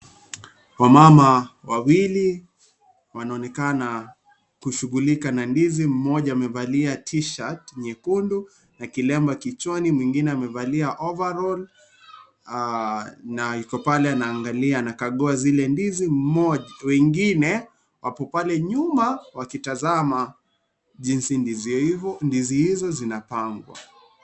Wamama wawili wanaonekana kushughulika na ndizi mmoja amevalia tishati nyekundu na kilemba kichwani mwengine amevalia (cs)overall(cs)na yuko pale anaangalia ,anakagua zile ndizi wengine wako pale nyuma wakitazama jinsi ndizi hizo zinapangwa.